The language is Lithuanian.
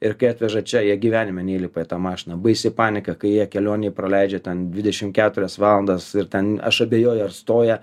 ir kai atveža čia jie gyvenime neįlipa į tą mašiną baisi panika kai jie kelionėj praleidžia ten dvidešimt keturias valandas ir ten aš abejoju ar stoja